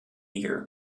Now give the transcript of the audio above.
year